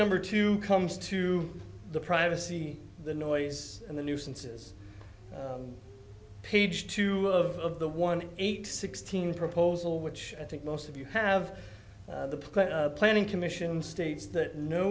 number two comes to the privacy the noise and the nuisances page two of the one eight sixteen proposal which i think most of you have the planning commission states that no